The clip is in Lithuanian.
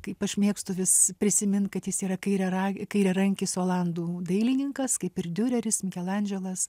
kaip aš mėgstu vis prisimint kad jis yra kairiarag kairiarankis olandų dailininkas kaip ir diureris mikelandželas